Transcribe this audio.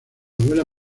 abuela